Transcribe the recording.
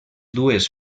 dues